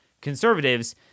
conservatives